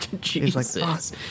Jesus